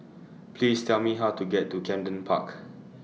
Please Tell Me How to get to Camden Park